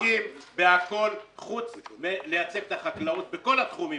הם עוסקים בהכול חוץ מלייצב את החקלאות בכל התחומים,